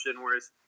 Whereas